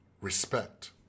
Respect